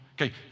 Okay